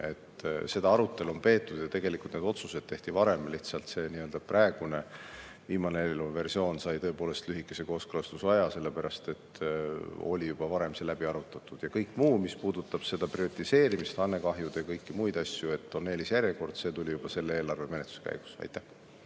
Seda arutelu on peetud ja tegelikult need otsused tehti varem. Lihtsalt see praegune, viimane eelnõu versioon sai tõepoolest lühikese kooskõlastusaja, sellepärast et see oli juba varem läbi arutatud. Kõik muu, mis puudutab prioriseerimist, kahjusid ja kõiki muid asju, et on eelisjärjekord – see tuli juba selle eelarve menetluse käigus. Aitäh!